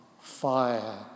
fire